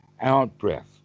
out-breath